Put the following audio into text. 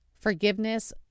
Forgiveness